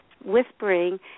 whispering